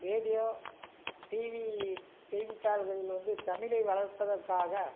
radio TV செய்தித்தாள்களில் வந்து தமிழை வளர்ப்பதற்காக